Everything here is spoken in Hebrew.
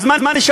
אז מה נשאר?